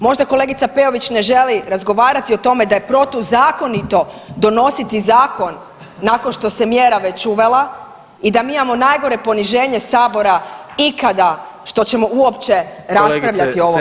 Možda kolegica Peović ne želi razgovarati o tome da je protuzakonito donositi zakon nakon što se mjera već uvela i da mi imamo najniže poniženje sabora ikada što ćemo uopće raspravljati o ovom zakonu.